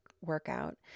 workout